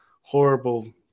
horrible